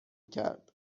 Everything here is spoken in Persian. کرد